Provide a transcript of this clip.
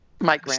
Mike